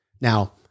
Now